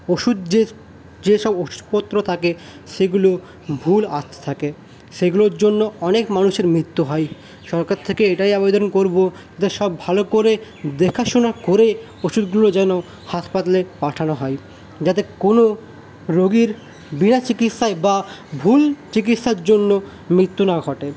ওষুধ যে যেসব ওষুধপত্র থাকে সেগুলো ভুল আসতে থাকে সেগুলোর জন্য অনেক মানুষের মৃত্যু হয় সরকার থেকে এটাই আবেদন করব যে সব ভালো করে দেখাশোনা করে ওষুধগুলো যেন হাসপাতালে পাঠানো হয় যাতে কোন রোগীর বিনা চিকিৎসায় বা ভুল চিকিৎসার জন্য মৃত্যু না ঘটে